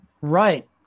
Right